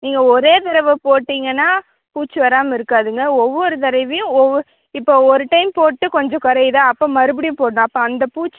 நீங்கள் ஒரே தடவை போட்டிங்கன்னா பூச்சி வராமல் இருக்காதுங்க ஒவ்வொரு தடவியும் ஓவ்வொரு இப்போ ஒரு டைம் போட்டு கொஞ்சம் குறையுதா அப்போ மறுபடியும் போடணும் அப்போ அந்த பூச்சி